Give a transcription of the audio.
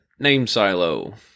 NameSilo